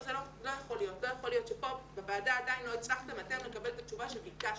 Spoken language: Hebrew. לא יכול להיות שפה בוועדה לא הצלחתם אתם לקבל את התשובה שביקשתם.